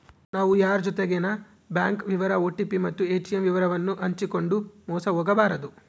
ನಾವು ಯಾರ್ ಜೊತಿಗೆನ ಬ್ಯಾಂಕ್ ವಿವರ ಓ.ಟಿ.ಪಿ ಮತ್ತು ಏ.ಟಿ.ಮ್ ವಿವರವನ್ನು ಹಂಚಿಕಂಡು ಮೋಸ ಹೋಗಬಾರದು